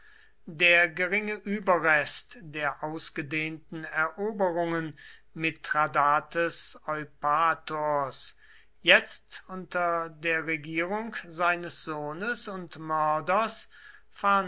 der geringe überrest der ausgedehnten eroberungen mithradates eupators jetzt unter der regierung seines sohnes und